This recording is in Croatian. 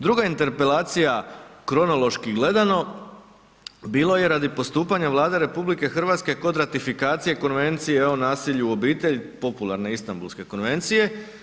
Druga interpelacija kronološki gledano, bilo je radi postupanja Vlade RH kod ratifikacije Konvencije o nasilju u obitelj, popularne Istambulske konvencije.